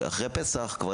אחרי פסח כבר